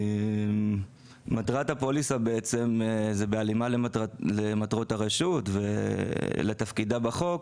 מטרת הפוליסה בהלימה למטרות הרשות ולתפקידה בחוק,